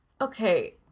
okay